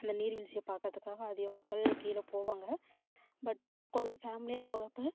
அந்த நீர்வீழ்ச்சியை பார்க்குறதுக்காக அதிக மக்கள் கீழே போவாங்க பட் ஆனால் குழந்த ஃபேம்லியாக போகிறப்ப